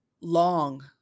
long